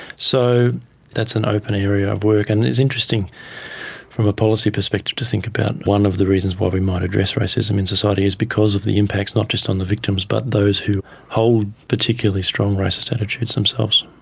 so that's an open area of work. and it's interesting from a policy perspective to think about one of the reasons why we might address racism in society is because of the impacts not just on the victims but those who hold particularly strong racist attitudes themselves.